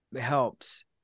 helps